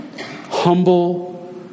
humble